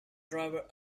driver